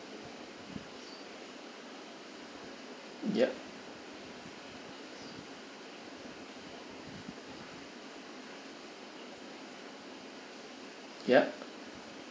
ya ya